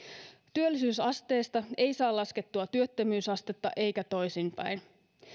työllisyysasteesta ei saa laskettua työttömyysastetta eikä toisinpäin